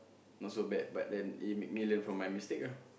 not so bad but then it made me learn from my mistake ah